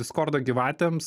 diskordo gyvatėms